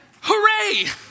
Hooray